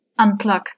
unplug